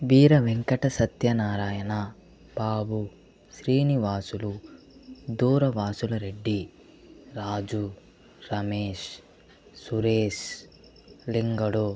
Veera Venkata Satyanarayana Babu Srinivasulu Duravasula Reddy Raju Ramesh Suresh Lingadu